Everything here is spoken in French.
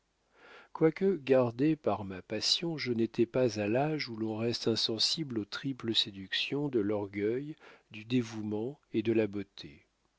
quoique gardé par ma passion je n'étais pas à l'âge où l'on reste insensible aux triples séductions de l'orgueil du dévouement et de la beauté